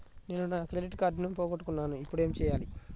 నేను నా క్రెడిట్ కార్డును పోగొట్టుకున్నాను ఇపుడు ఏం చేయాలి?